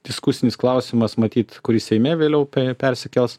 diskusinis klausimas matyt kuris seime vėliau persikels